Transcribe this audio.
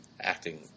acting